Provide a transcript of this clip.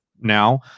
now